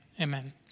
amen